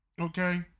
Okay